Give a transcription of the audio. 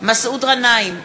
מסעוד גנאים,